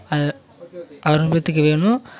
அறுநூறு பேர்த்துக்கு வேணும்